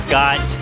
got